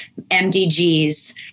MDGs